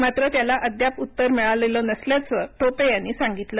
मात्र त्याला अद्याप उत्तर मिळालेलं नसल्याचं टोपे यांनी सांगितलं